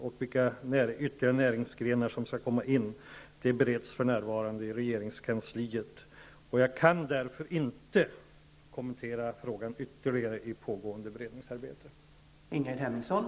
Avser arbetsmarknadsministern att utforma förslaget om sänkt arbetsgivaravgift så att det även omfattar Åre, Bräcke och Östersunds kommuner?